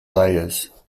layers